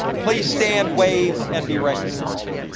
please stand, wave, and be recognized.